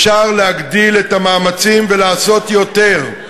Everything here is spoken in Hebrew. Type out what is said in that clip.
אפשר להגדיל את המאמצים ולעשות יותר,